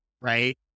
right